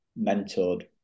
mentored